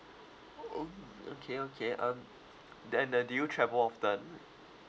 oh mm okay okay um then then do you travel often